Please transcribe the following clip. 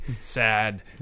sad